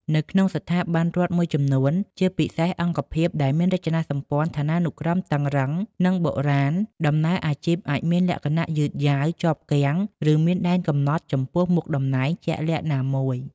នៅក្នុងស្ថាប័នរដ្ឋមួយចំនួន ជាពិសេសអង្គភាពដែលមានរចនាសម្ព័ន្ធឋានានុក្រមតឹងរ៉ឹង និងបុរាណ ដំណើរអាជីពអាចមានលក្ខណៈយឺតយ៉ាវ ជាប់គាំង ឬមានដែនកំណត់ចំពោះមុខតំណែងជាក់លាក់ណាមួយ។